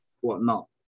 whatnot